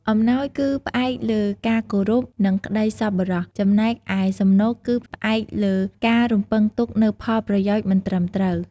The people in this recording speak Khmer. អំណោយ គឺផ្អែកលើការគោរព និងក្ដីសប្បុរស ចំណែកឯសំណូកគឺផ្អែកលើការរំពឹងទុកនូវផលប្រយោជន៍មិនត្រឹមត្រូវ។